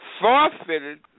forfeited